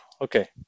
okay